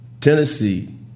Tennessee